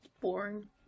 Boring